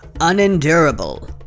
unendurable